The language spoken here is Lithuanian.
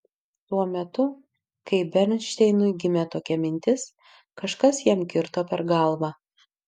tuo metu kai bernšteinui gimė tokia mintis kažkas jam kirto per galvą